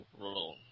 role